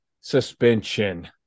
suspension